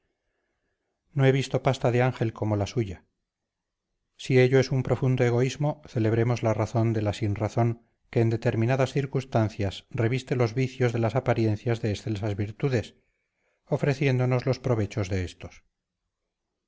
no he visto pasta de ángel como la suya si ello es un profundo egoísmo celebremos la razón de la sinrazón que en determinadas circunstancias reviste los vicios de las apariencias de excelsas virtudes ofreciéndonos los provechos de estos